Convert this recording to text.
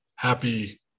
Happy